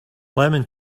lemon